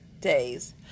days